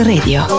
Radio